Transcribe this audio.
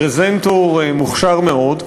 פרזנטור מוכשר מאוד,